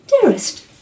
dearest